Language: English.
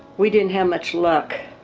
we didn't have much luck.